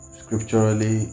scripturally